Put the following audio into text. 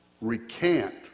recant